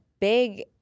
big